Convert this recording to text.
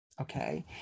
okay